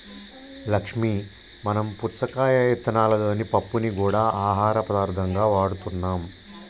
లక్ష్మీ మనం పుచ్చకాయ ఇత్తనాలలోని పప్పుని గూడా ఆహార పదార్థంగా వాడుతున్నాం